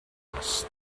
lens